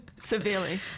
Severely